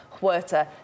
Huerta